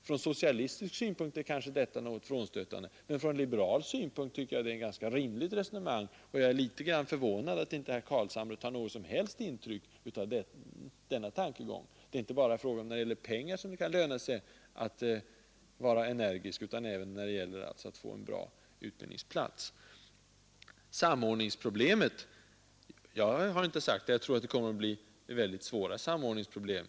Från socialistisk synpunkt kanske detta är något frånstötande, men från liberal synpunkt tycker jag det är ett ganska rimligt resonemang — och jag är litet grand förvånad över att herr Carlshamre inte tar något som helst intryck av denna tankegång. Det är inte bara när det gäller pengar som det skall löna sig att vara energisk utan alltså även när det gäller att få en bra utbildningsplats. Jag har inte sagt att jag tror, att det kommer att bli väldigt svåra Samordningsproblem.